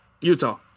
utah